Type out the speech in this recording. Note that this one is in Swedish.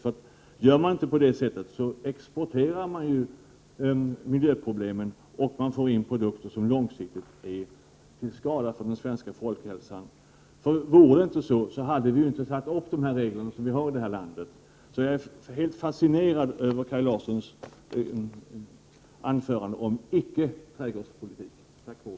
Ställer vi inte detta krav så exporterar vi miljöproblemen och får in produkter som långsiktigt är till skada för den svenska folkhälsan. Om det inte vore så, hade vi inte ställt upp de regler som vi har i det här landet. Jag är helt fascinerad över Kaj Larssons anförande om icke-trädgårdspolitik.